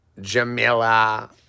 Jamila